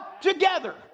together